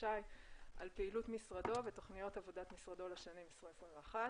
שי על פעילות משרדו ותוכניות עבודת משרדו לשנים 20'-21'.